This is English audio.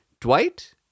Dwight